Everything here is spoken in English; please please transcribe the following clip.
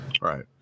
Right